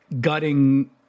gutting